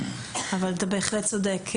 אבל אתה בהחלט צודק,